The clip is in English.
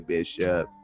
Bishop